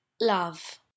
Love